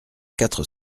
quatre